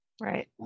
Right